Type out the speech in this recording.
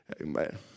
Amen